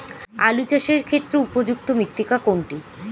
আলু চাষের ক্ষেত্রে উপযুক্ত মৃত্তিকা কোনটি?